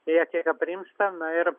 jie kiek aprimsta na ir